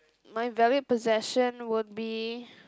my valued possession would be